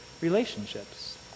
relationships